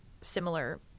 similar